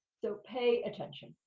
so, pay attention.